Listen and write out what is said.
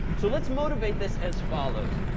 so let's motivate this as follows.